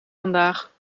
vandaag